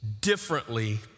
differently